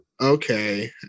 Okay